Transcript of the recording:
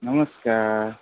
नमस्कार